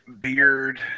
Beard